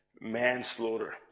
manslaughter